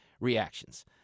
reactions